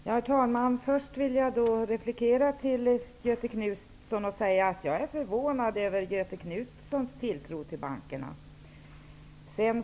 Herr talman! Först vill jag replikera Göthe Knutson och säga att jag är förvånad över Göthe Knutsons tilltro till bankerna.